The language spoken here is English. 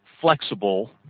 flexible